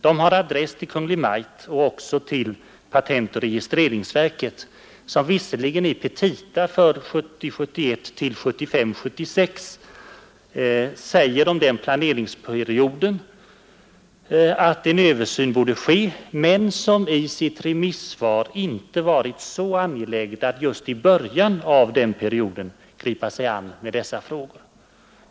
De har adress till Kungl. Maj:t och även till patentoch registreringsverket, som visserligen i petita ansett, att namnlagen bör bli föremål för översyn under verkets planeringsperiod 1970 76, men som i sitt remissvar inte varit så angeläget att just i början av den perioden gripa sig an med dessa frågor.